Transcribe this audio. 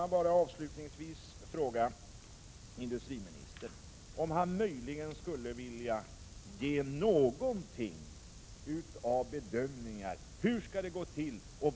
Jag vill avslutningsvis bara fråga industriministern om han möjligen skulle vilja komma med några bedömningar.